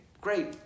great